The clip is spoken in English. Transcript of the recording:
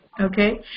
Okay